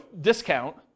discount